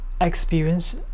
experience